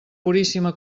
puríssima